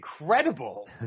incredible